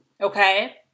okay